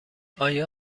آیا